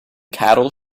cattle